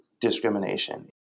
discrimination